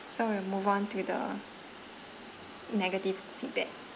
so we'll move on to the negative feedback